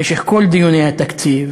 במשך כל דיוני התקציב